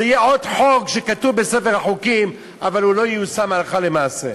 זה יהיה עוד חוק שכתוב בספר החוקים אבל הוא לא ייושם הלכה למעשה.